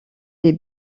les